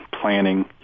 planning